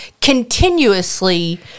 continuously